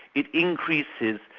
it increases,